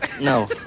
No